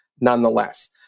nonetheless